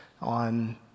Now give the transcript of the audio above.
on